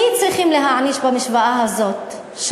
את מי צריך להעניש במשוואה הזאת של